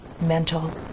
mental